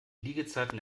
liegezeiten